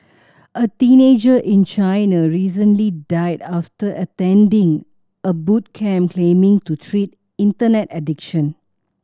a teenager in China recently died after attending a boot camp claiming to treat Internet addiction